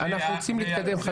חברים.